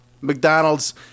McDonald's